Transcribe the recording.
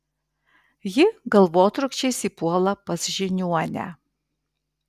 ji galvotrūkčiais įpuola pas žiniuonę